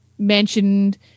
mentioned